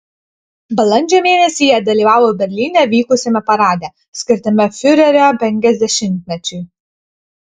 balandžio mėnesį jie dalyvavo berlyne vykusiame parade skirtame fiurerio penkiasdešimtmečiui